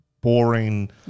boring